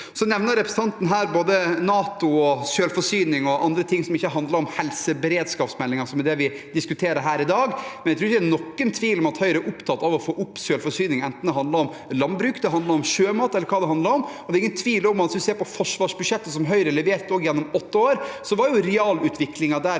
nevner her både NATO, selvforsyning og andre ting som ikke handler om helseberedskapsmeldingen, som er det vi diskuterer her i dag. Jeg tror ikke det er noen tvil om at Høyre er opptatt av å få opp selvforsyningen, enten det handler om landbruk, sjømat eller annet. Det er heller ingen tvil om at hvis vi ser på forsvarsbudsjettene Høyre leverte gjennom åtte år, var realutviklingen der